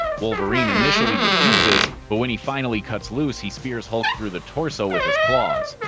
wolverine initially refuses, but when he finally cuts loose, he spears hulk through the torso with his claws.